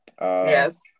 Yes